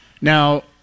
Now